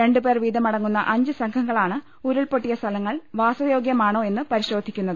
രണ്ട് പേർ വീതം അടങ്ങുന്ന അഞ്ച് സംഘങ്ങ ളാണ് ഉരുൾപ്പൊട്ടിയ സ്ഥലങ്ങൾ വാസയോഗ്യമാണോ എന്ന് പരി ശോധിക്കുന്നത്